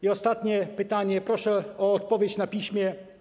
I ostatnie pytanie, proszę o odpowiedź na piśmie.